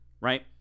right